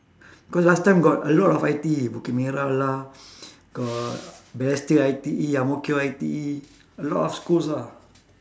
cause like time got a lot of I_T_E bukit merah lah got balestier I_T_E ang mo kio I_T_E a lot of schools ah